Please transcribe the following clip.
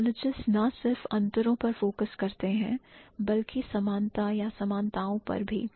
Typologists ना सिर्फ अंतरों पर फोकस करते हैं बल्कि समानता समानताओ पर भी